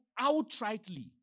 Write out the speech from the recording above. outrightly